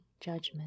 judgment